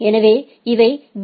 எனவே இவை பி